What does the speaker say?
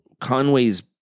Conway's